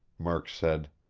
murk said.